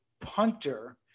punter